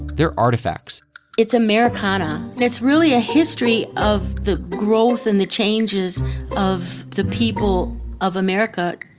they're artifacts it's americana. and it's really a history of the growth and the changes of the people of america.